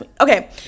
okay